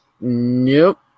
Nope